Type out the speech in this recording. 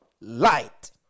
light